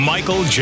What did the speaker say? Michael